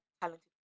talented